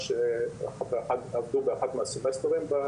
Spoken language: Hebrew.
אף אחד מהמרצים לא דיבר על